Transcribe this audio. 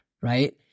right